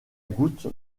goutte